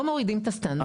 לא מורידים את הסטנדרט.